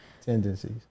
tendencies